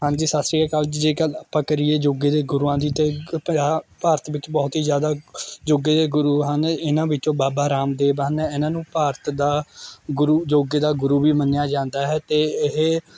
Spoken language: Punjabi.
ਹਾਂਜੀ ਸਤਿ ਸ਼੍ਰੀ ਅਕਾਲ ਜੀ ਜੇ ਗੱਲ ਆਪਾਂ ਕਰੀਏ ਯੋਗੇ ਦੇ ਗੁਰੂਆਂ ਦੀ ਅਤੇ ਇੱਕ ਪੰਜਾਹ ਭਾਰਤ ਵਿੱਚ ਬਹੁਤ ਹੀ ਜ਼ਿਆਦਾ ਯੋਗੇ ਦੇ ਗੁਰੂ ਹਨ ਇਹਨਾਂ ਵਿੱਚੋਂ ਬਾਬਾ ਰਾਮਦੇਵ ਹਨ ਇਹਨਾਂ ਨੂੰ ਭਾਰਤ ਦਾ ਗੁਰੂ ਯੋਗੇ ਦਾ ਗੁਰੂ ਵੀ ਮੰਨਿਆ ਜਾਂਦਾ ਹੈ ਅਤੇ ਇਹ